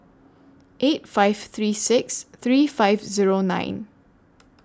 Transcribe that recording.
eight five three six three five Zero nine